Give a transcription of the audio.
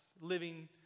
living